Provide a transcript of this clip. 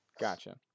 Gotcha